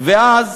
ואז